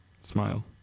Smile